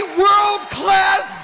world-class